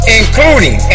including